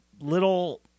little